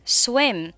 swim